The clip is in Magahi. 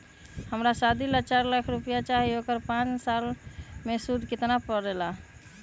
हमरा शादी ला चार लाख चाहि उकर पाँच साल मे सूद कितना परेला?